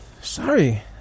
sorry